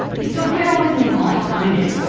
if you'll bear with me while i find it,